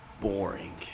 boring